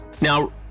Now